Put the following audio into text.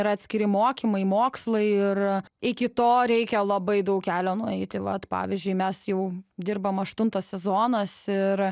yra atskiri mokymai mokslai ir iki to reikia labai daug kelio nueiti vat pavyzdžiui mes jau dirbam aštuntas sezonas ir